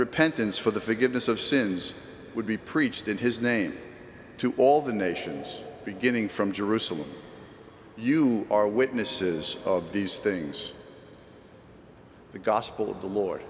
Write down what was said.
repentance for the forgiveness of sins would be preached in his name to all the nations beginning from jerusalem you are witnesses of these things the gospel of the lord